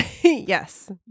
Yes